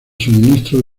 suministro